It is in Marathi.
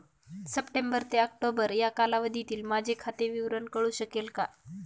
सप्टेंबर ते ऑक्टोबर या कालावधीतील माझे खाते विवरण कळू शकेल का?